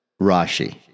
Rashi